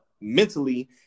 mentally